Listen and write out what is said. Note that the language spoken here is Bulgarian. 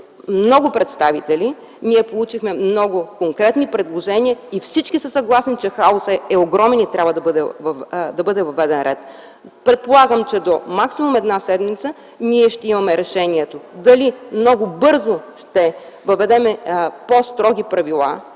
много представители, получихме конкретни предложения. Всички са съгласни, че хаосът е огромен и трябва да бъде въведен ред. Предполагам, че максимум до една седмица ще имаме решението дали много бързо ще въведем по-строги правила,